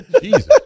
Jesus